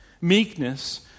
Meekness